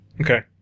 Okay